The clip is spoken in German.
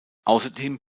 ausserdem